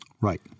Right